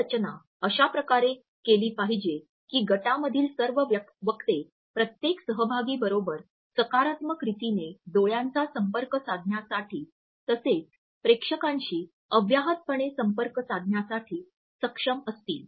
ही रचना अशा प्रकारे केली पाहिजे की गटामधील सर्व वक्ते प्रत्येक सहभागीबरोबर सकारात्मक रितीने डोळ्यांचा संपर्क साधण्यासाठी तसेच प्रेक्षकांशी अव्याहतपणे संपर्क साधण्यासाठी सक्षम असतील